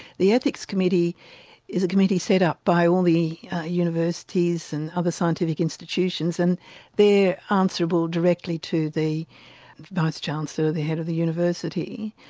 the ethics committee is a committee set up by all the universities and other scientific institutions and their answerable directly to the vice chancellor, the head of the university,